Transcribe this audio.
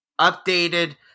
updated